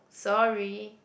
sorry